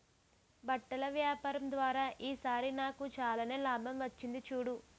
బట్టల వ్యాపారం ద్వారా ఈ సారి నాకు చాలానే లాభం వచ్చింది చూడు